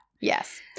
yes